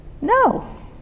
No